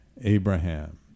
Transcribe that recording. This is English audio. Abraham